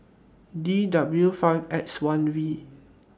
D W five X one V